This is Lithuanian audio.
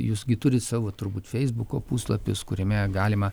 jūs gi turi savo turbūt feisbuko puslapius kuriame galima